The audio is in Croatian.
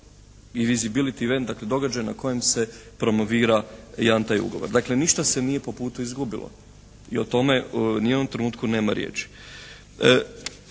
visibility invent, dakle događaj na kojem se promovira jedan taj ugovor. Dakle ništa se nije po putu izgubilo i o tome ni u jednom trenutku nema riječi.